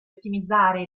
ottimizzare